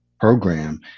program